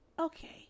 Okay